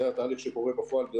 להיפך, זה התהליך שקורה בפועל.